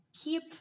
keep